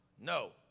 No